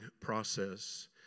process